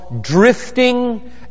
drifting